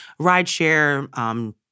rideshare